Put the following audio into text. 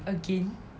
again